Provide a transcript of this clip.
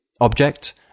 object